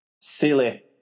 silly